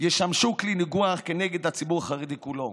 ישמשו כלי ניגוח נגד הציבור החרדי כולו.